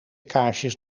kaarsjes